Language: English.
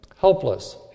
helpless